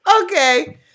Okay